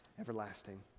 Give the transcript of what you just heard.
everlasting